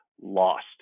lost